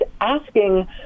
asking